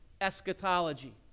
eschatology